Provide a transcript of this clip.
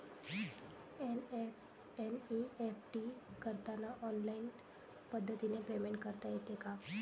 NEFT करताना online पद्धतीने payment करता येते का?